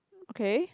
okay